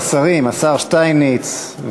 השרים, השר שטייניץ.